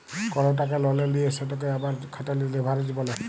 call টাকা ললে লিঁয়ে সেটকে আবার খাটালে লেভারেজ ব্যলে